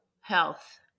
health